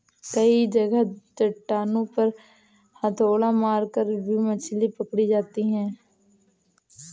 कई जगह चट्टानों पर हथौड़ा मारकर भी मछली पकड़ी जाती है